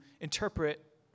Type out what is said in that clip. interpret